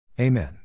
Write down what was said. Amen